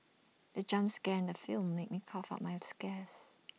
the jump scare in the film made me cough out my